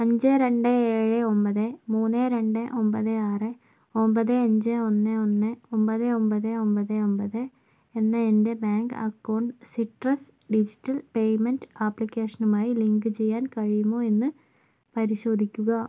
അഞ്ച് രണ്ട് ഏഴ് ഒമ്പത് മൂന്ന് രണ്ട് ഒമ്പത് ആറ് ഒമ്പത് അഞ്ച് ഒന്ന് ഒന്ന് ഒമ്പത് ഒമ്പത് ഒമ്പത് ഒമ്പത് എന്ന എൻ്റെ bank account Citrus digital payment ആപ്ലിക്കേഷനുമായി ലിങ്കുചെയ്യാൻ കഴിയുമോ എന്ന് പരിശോധിക്കുക